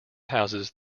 houses